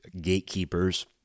gatekeepers